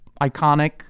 iconic